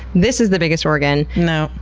this is the biggest organ. no.